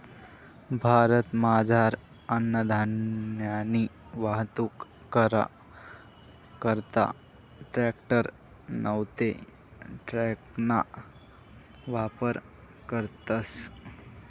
भारतमझार अन्नधान्यनी वाहतूक करा करता ट्रॅकटर नैते ट्रकना वापर करतस